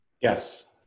Yes